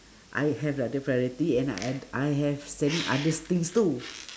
I have lah the priority and I d~ I have selling others things too